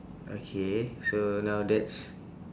okay so now that's